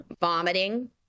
vomiting